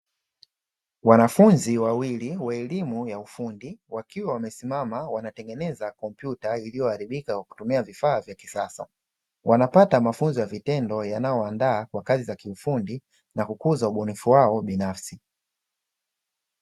Wanafunzi wawili wa elimu ya ufundi, wakiwa wamesimama, wanatengeneza kompyuta iliyoharibika kwa kutumia vifaa vya kisasa, wanapata mafunzo ya vitendo yanayowaandaa kwa kazi za kiufundi na kukuza ubunifu wao binafsi.